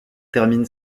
termine